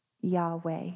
Yahweh